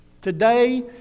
Today